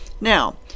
Now